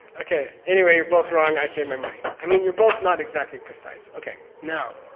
okay, anyway, you're both wrong, i save my money. i mean you're both not exactly precise. okay, now